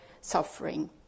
suffering